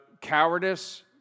cowardice